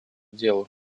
делу